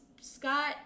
Scott